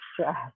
stress